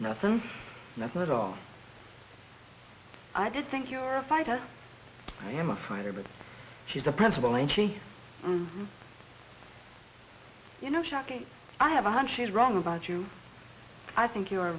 nothing nothing at all i do think you are a fighter i am a fighter but she's the principal and she you know shocking i have a hunch she's wrong about you i think you